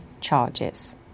charges